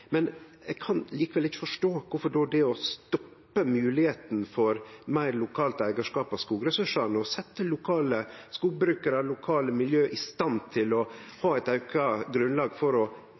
men eg kan likevel ikkje forstå kvifor det å stoppe moglegheita for meir lokalt eigarskap av skogressursar og å setje lokale skogbrukarar og lokalmiljø i stand til å ha eit auka grunnlag for å